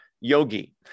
Yogi